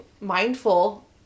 mindful